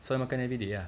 so I makan everyday ah